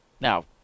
Now